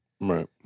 Right